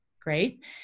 great